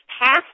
half